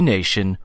Nation